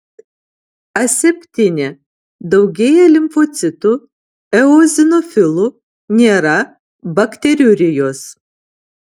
aseptinė daugėja limfocitų eozinofilų nėra bakteriurijos